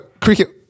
cricket